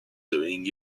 doing